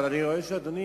שלו.